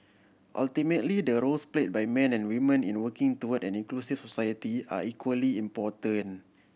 ultimately the roles played by men and women in working toward an inclusive society are equally important